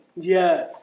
Yes